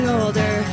older